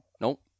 Nope